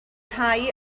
rhai